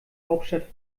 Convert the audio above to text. hauptstadt